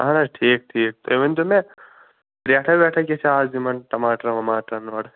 اَہَن حظ ٹھیٖک ٹھیٖک تُہۍ ؤنۍتَو مےٚ ریٹھاہ ویٹھاہ کیٛاہ چھِ اَز یِمن ٹماٹرن وماٹرن اورٕ